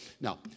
Now